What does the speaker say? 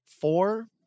four